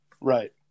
Right